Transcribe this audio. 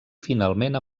finalment